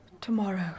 Tomorrow